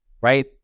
right